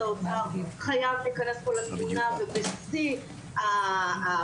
האוצר חייב להיכנס פה לתמונה ובשיא הכוח.